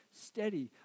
steady